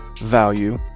value